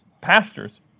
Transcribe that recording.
pastors